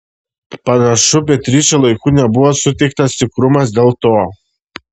panašu beatričei laiku nebuvo suteiktas tikrumas dėl to